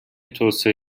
توسعه